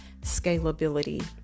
scalability